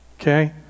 okay